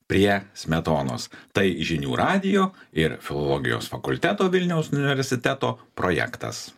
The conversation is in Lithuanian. prie smetonos tai žinių radijo ir filologijos fakulteto vilniaus universiteto projektas